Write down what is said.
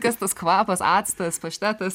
kas tas kvapas actas paštetas